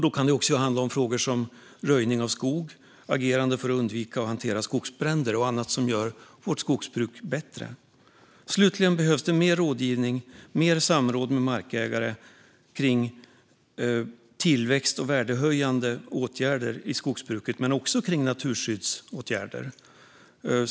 Då kan det också handla om frågor som röjning av skog, agerande för att undvika och hantera skogsbränder och annan verksamhet som gör vårt skogsbruk bättre. Slutligen behövs det mer rådgivning och mer samråd med markägare kring tillväxt och värdehöjande åtgärder inom skogsbruket men också naturskyddsåtgärder.